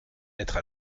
mettre